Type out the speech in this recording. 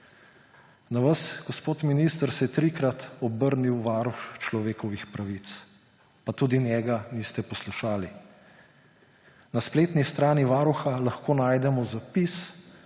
Na vas, gospod minister, se je trikrat obrnil Varuh človekovih pravic. Pa tudi njega niste poslušali. Na spletni strani Varuha lahko najdemo zapis,